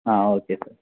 ah okay sir